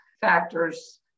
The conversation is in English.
factors